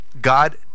God